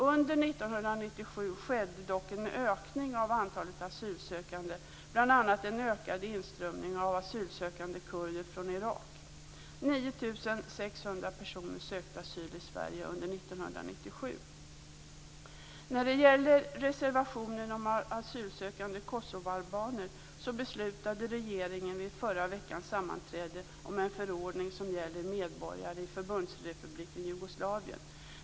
Under 1997 skedde dock en ökning av antalet asylsökande, bl.a. en ökad inströmning av asylsökande kurder från Irak. 9 600 personer sökte asyl i När det gäller reservationen om asylsökande kosovoalbaner beslutade regeringen vid förra veckans sammanträde om en förordning som gäller medborgare i Förbundsrepubliken Jugoslavien.